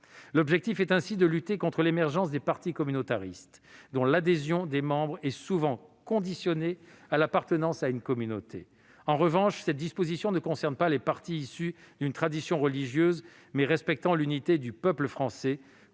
L'objectif est ainsi de lutter contre l'émergence des partis communautaristes, dont l'adhésion des membres est souvent conditionnée à l'appartenance à une communauté. En revanche, cette disposition ne concerne pas les partis issus d'une tradition religieuse, mais respectant l'unité du peuple français,